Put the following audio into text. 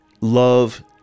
love